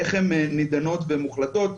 איך הן נידנות ומוחלטות.